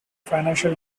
financial